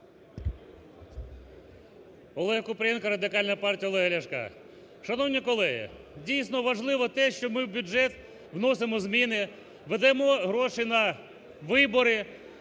Олег Купрієнко, Радикальна партія Олега Ляшка. Шановні колеги! Дійсно, важливо те, що ми в бюджет вносимо зміни, видаємо гроші на вибори.